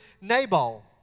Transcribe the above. Nabal